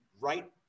right